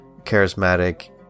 charismatic